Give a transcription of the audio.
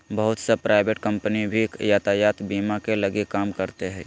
बहुत सा private company भी यातायात बीमा के लगी काम करते हइ